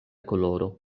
koloro